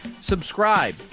subscribe